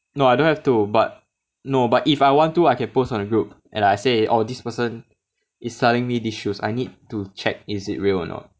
no I don't have to but no but if I want to I can post on the group and I say oh this person is selling me these shoes I need to check is it real or not